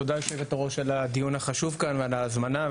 תודה ליושבת-הראש על הדיון החשוב כאן ועל ההזמנה.